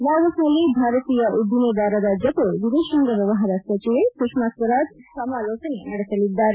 ಲಾವೋಸ್ನಲ್ಲಿ ಭಾರತೀಯ ಉದ್ದಿಮೆದಾರರ ಜತೆ ವಿದೇಶಾಂಗ ವ್ಯವಹಾರ ಸಚಿವೆ ಸುಷ್ಮಾ ಸ್ವರಾಜ್ ಸಮಾಲೋಚನೆ ನಡೆಸಲಿದ್ದಾರೆ